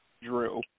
Drew